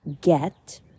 Get